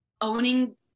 owning